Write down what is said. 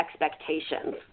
expectations